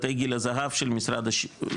בתי גיל הזהב של משרד השיכון,